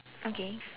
okay